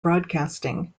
broadcasting